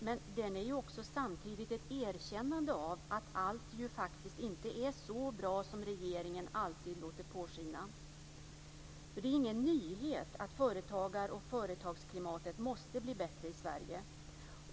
Men den är samtidigt ett erkännande av att allt faktiskt inte är så bra som regeringen alltid låter påskina, för det är ingen nyhet att företagar och företagsklimatet måste bli bättre i Sverige.